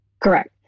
Correct